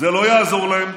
זה לא יעזור להם.